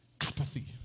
apathy